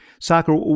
soccer